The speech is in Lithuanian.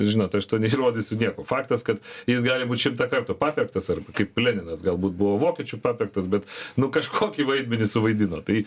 žinot aš to neįrodysiu faktas kad jis gali būt šimtą kartų papirktas arba kaip leninas galbūt buvo vokiečių papirktas bet nu kažkokį vaidmenį suvaidino tai